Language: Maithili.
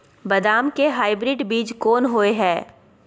बदाम के हाइब्रिड बीज कोन होय है?